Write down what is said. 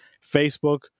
Facebook